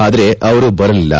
ಆದರೆ ಅವರು ಬರಲಿಲ್ಲ